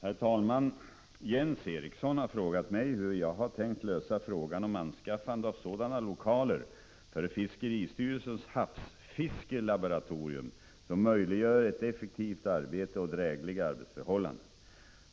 Herr talman! Jens Eriksson har frågat mig hur jag tänkt lösa frågan om anskaffande av sådana lokaler för fiskeristyrelsens havsfiskelaboratorium som möjliggör ett effektivt arbete och drägliga arbetsförhållanden.